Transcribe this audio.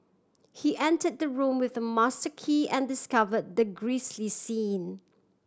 he enter the room with a master key and discover the grisly scene